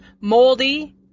moldy